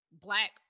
black